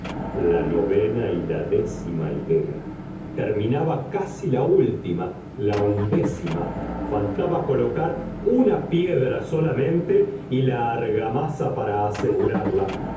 la novena y la décima hilera terminaba casi la última la undécima faltaba colocar una piedra solamente y la argamasa para asegurarla